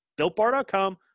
BuiltBar.com